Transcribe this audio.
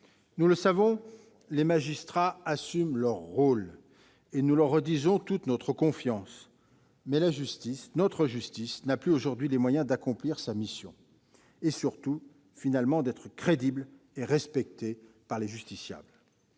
Nous le savons, les magistrats assument leur rôle, et nous leur redisons toute notre confiance, mais notre justice n'a plus aujourd'hui les moyens d'accomplir sa mission et, surtout, d'être crédible et respectée par les justiciables.